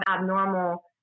abnormal